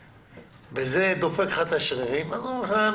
הסתבכת עם חיים.